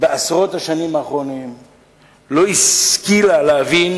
בעשרות השנים האחרונות לא השכילה להבין,